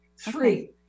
Three